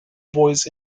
boys